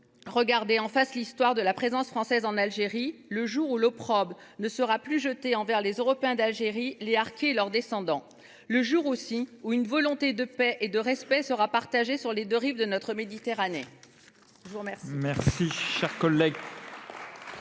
regarder en face l’histoire de la présence française en Algérie […] le jour où l’opprobre ne sera plus jeté […] sur les Européens d’Algérie et les harkis et leurs descendants », le jour où une volonté de paix et de respect sera partagée sur les deux rives de la Méditerranée.